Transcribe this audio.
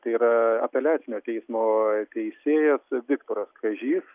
tai yra apeliacinio teismo teisėjas viktoras kažys